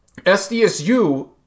SDSU